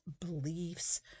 beliefs